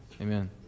Amen